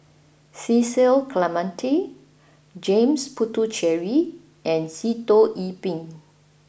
Cecil Clementi James Puthucheary and Sitoh Yih Pin